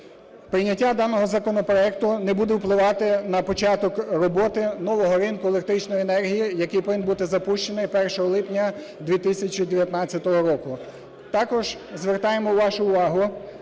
прийняття даного законопроекту не буде впливати на початок роботи нового ринку електричної енергії, який повинен бути запущений 1 липня 2019 року. Також завертаємо вашу увагу,